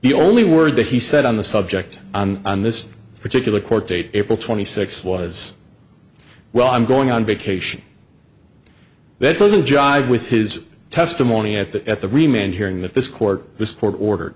the only word that he said on the subject on this particular court date april twenty sixth was well i'm going on vacation that doesn't jive with his testimony at that at the remain hearing that this court this court order